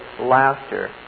laughter